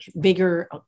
bigger